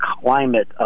climate